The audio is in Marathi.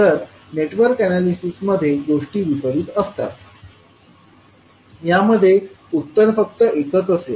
तर नेटवर्क अॅनालिसिसमध्ये मध्ये गोष्टी विपरित असतात यामध्ये उत्तर फक्त एकच असेल